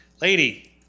lady